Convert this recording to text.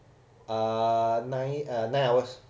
uh nine uh nine hours